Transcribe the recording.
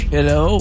Hello